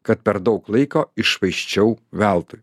kad per daug laiko iššvaisčiau veltui